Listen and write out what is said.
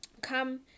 come